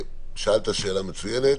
שאלת שאלה מצוינת.